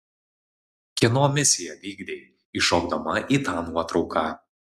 kieno misiją vykdei įšokdama į tą nuotrauką